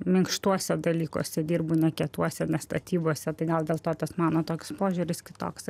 minkštuose dalykuose dirbu ne kietuose statybose tai gal dėl to tas mano toks požiūris kitoks